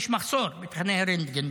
יש מחסור בטכנאי רנטגן.